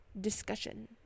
discussion